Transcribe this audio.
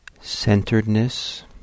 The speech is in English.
centeredness